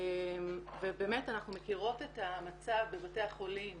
ובאמת אנחנו מכירות את המצב בבתי החולים